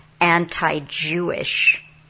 anti-Jewish